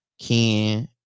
Ken